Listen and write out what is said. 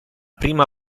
prima